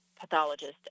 pathologist